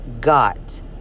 Got